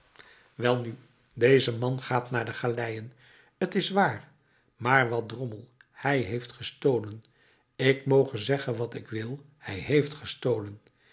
welnu deze man gaat naar de galeien t is waar maar wat drommel hij heeft gestolen ik moge zeggen wat ik wil hij heeft gestolen